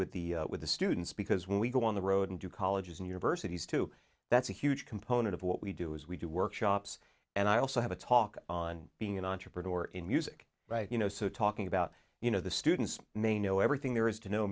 with the with the students because when we go on the road and do colleges and universities too that's a huge component of what we do is we do workshops and i also have a talk on being an entrepreneur in music you know so talking about you know the students may know everything there is